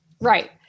right